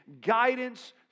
guidance